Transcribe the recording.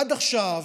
עד עכשיו,